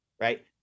right